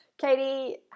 Katie